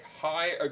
high